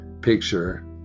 picture